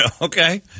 okay